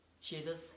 Jesus